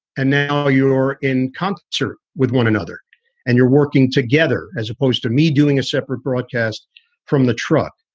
and now you're in concert with one another and you're working together as opposed to me doing a separate broadcast from the truck.